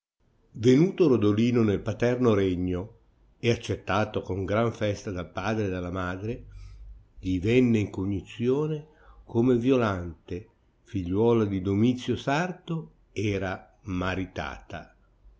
venuto rodolino nel paterno regno e accettato con gran festa dal padre e dalla madre gli venne in cognizione come violante figliuola di domizio sarto era maritata